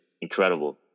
incredible